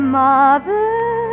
mother